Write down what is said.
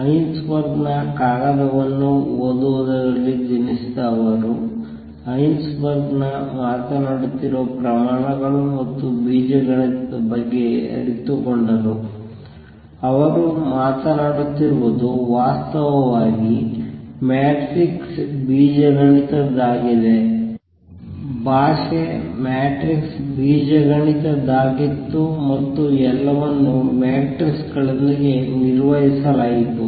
ಹೈಸೆನ್ಬರ್ಗ್ನ ಕಾಗದವನ್ನು ಓದುವುದರಲ್ಲಿ ಜನಿಸಿದ ಅವರು ಹೈಸೆನ್ಬರ್ಗ್ ಮಾತನಾಡುತ್ತಿರುವ ಪ್ರಮಾಣಗಳು ಮತ್ತು ಬೀಜಗಣಿತದ ಬಗ್ಗೆ ಅರಿತುಕೊಂಡರು ಅವರು ಮಾತನಾಡುತ್ತಿರುವುದು ವಾಸ್ತವವಾಗಿ ಮ್ಯಾಟ್ರಿಕ್ಸ್ ಬೀಜಗಣಿತದದ್ದಾಗಿದೆ ಭಾಷೆ ಮ್ಯಾಟ್ರಿಕ್ಸ್ ಬೀಜಗಣಿತದದ್ದಾಗಿತ್ತು ಮತ್ತು ಎಲ್ಲವನ್ನೂ ಮ್ಯಾಟ್ರಿಕ್ಗಳೊಂದಿಗೆ ನಿರ್ವಹಿಸಲಾಯಿತು